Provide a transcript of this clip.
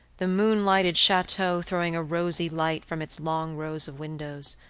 the moon-lighted chateau throwing a rosy light from its long rows of windows,